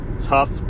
tough